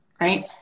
right